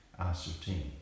ascertained